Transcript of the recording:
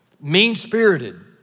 mean-spirited